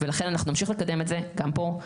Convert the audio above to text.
ולכן אנחנו נמשיך לקדם את זה גם פה,